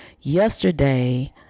yesterday